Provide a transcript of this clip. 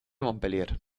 montpellier